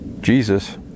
Jesus